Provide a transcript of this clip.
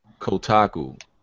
Kotaku